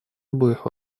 обоих